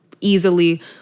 easily